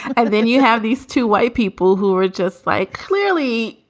and then you have these two white people who were just like, clearly,